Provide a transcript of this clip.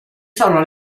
sono